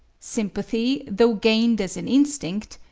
sympathy, though gained as an instinct,